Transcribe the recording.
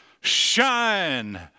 Shine